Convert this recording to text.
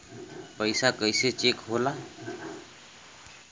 पैसा कइसे चेक होला?